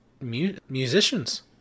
musicians